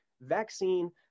vaccine